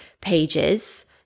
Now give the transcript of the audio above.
pages